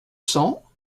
cents